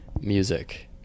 music